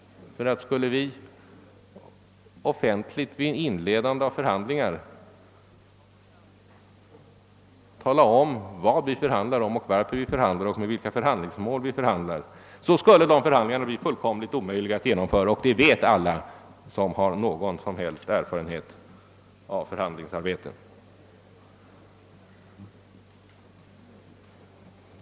Om vi från början offentligt hade talat om vad vi förhandlade om, varför vi förhandlade och med vilka mål vi förhandlade, så skulle det blivit helt omöjligt att genomföra förhandlingarna — det inser alla som har någon erfarenhet av förhandlingsarbete.